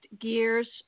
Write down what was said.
gears